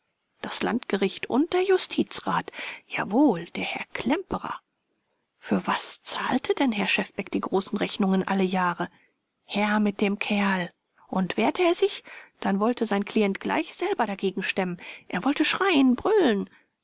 das landgericht und der justizrat jawohl der herr klemperer für was zahlte denn herr schefbeck die großen rechnungen alle jahre her mit dem kerl und wehrte er sich dann wollte sein klient gleich selber dagegen stemmen er wollte schreien brüllen